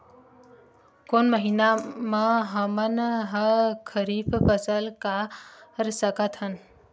कोन महिना म हमन ह खरीफ फसल कर सकत हन?